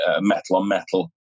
metal-on-metal